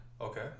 Okay